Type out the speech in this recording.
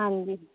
ਹਾਂਜੀ